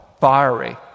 fiery